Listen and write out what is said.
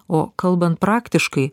o kalbant praktiškai